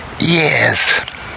Yes